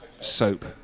soap